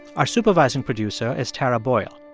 our supervising producer is tara boyle.